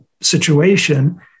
situation